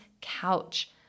couch